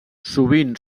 sovint